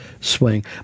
swing